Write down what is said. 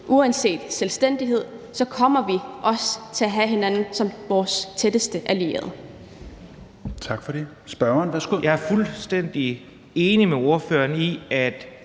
uanset selvstændighed, også kommer til at have hinanden som vores tætteste allierede.